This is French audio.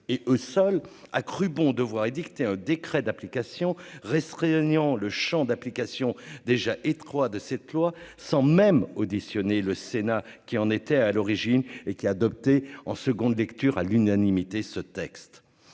et au sol, a cru bon devoir édicté un décret d'application restreignant le Champ d'application déjà étroit de cette loi sans même auditionné le Sénat qui en était à l'origine et qui a adopté en seconde lecture à l'unanimité, ce texte,